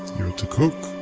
you're to cook!